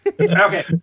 Okay